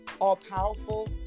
all-powerful